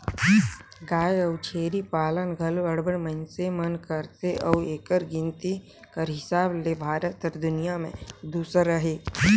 गाय अउ छेरी पालन घलो अब्बड़ मइनसे मन करथे अउ एकर गिनती कर हिसाब ले भारत हर दुनियां में दूसर अहे